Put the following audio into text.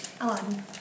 Aladdin